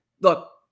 Look